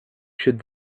should